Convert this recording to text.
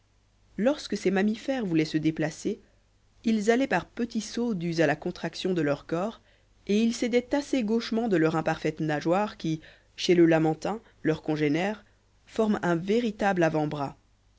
lorsque ces mammifères voulaient se déplacer ils allaient par petits sauts dus à la contraction de leur corps et ils s'aidaient assez gauchement de leur imparfaite nageoire qui chez le lamantin leur congénère forme un véritable avant-bras